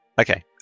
Okay